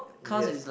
yes